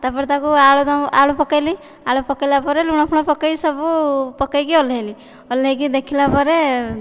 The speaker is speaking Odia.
ତା'ପରେ ତାକୁ ଆଳୁଦମ ଆଳୁ ପକାଇଲି ଆଳୁ ପକାଇଲା ପରେ ଲୁଣଫୁଣ ପକେଇ ସବୁ ପକେଇକି ଓହ୍ଲାଇଲି ଓହ୍ଲାଇକି ଦେଖିଲା ପରେ